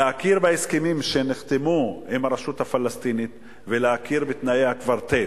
להכיר בהסכמים שנחתמו עם הרשות הפלסטינית ולהכיר בתנאי הקוורטט,